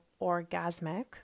orgasmic